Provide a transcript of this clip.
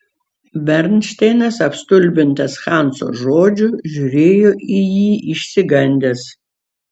bernšteinas apstulbintas hanso žodžių žiūrėjo į jį išsigandęs